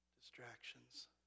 distractions